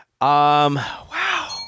Wow